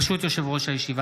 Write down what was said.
ברשות יושב-ראש הישיבה,